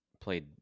played